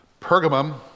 Pergamum